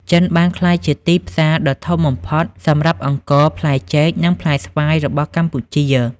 ចិនបានក្លាយជាទីផ្សារដ៏ធំបំផុតសម្រាប់អង្ករ ផ្លែចេក និងផ្លែស្វាយរបស់កម្ពុជា។